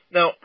Now